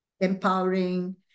empowering